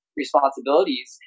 responsibilities